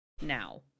now